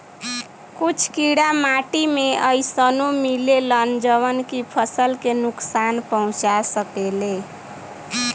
कुछ कीड़ा माटी में अइसनो मिलेलन जवन की फसल के नुकसान पहुँचा सकेले